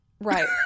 Right